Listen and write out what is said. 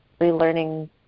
relearning